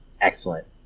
excellent